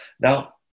Now